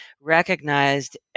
recognized